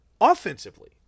offensively